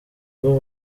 ubwo